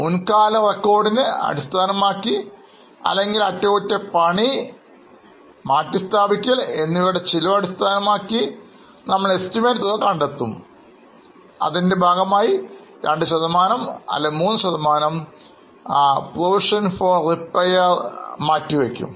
മുൻകാല റെക്കോർഡിന് അടിസ്ഥാനമാക്കി അല്ലെങ്കിൽ അറ്റകുറ്റപ്പണി പണി മാറ്റി സ്ഥാപിക്കൽ എന്നിവയുടെ ചെലവ് അടിസ്ഥാനമാക്കി നമ്മൾ estimate തുക കണ്ടെത്തും അതിൻറെ ഭാഗമായി 2 അല്ലെങ്കിൽ 3 provision for repair മാറ്റിവയ്ക്കും